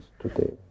today